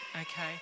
okay